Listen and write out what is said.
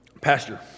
Pastor